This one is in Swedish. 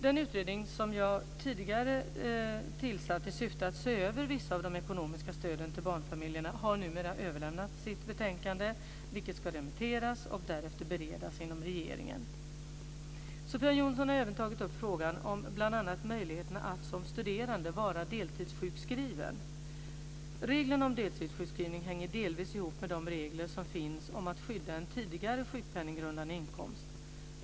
Den utredning som jag tidigare har tillsatt i syfte att se över vissa av de ekonomiska stöden till barnfamiljerna har numera överlämnat sitt betänkande, vilket ska remitteras och därefter beredas inom regeringen. Sofia Jonsson har även tagit upp frågan om bl.a. Reglerna om deltidssjukskrivning hänger delvis ihop med de regler som finns om att skydda en tidigare sjukpenninggrundande inkomst, SGI.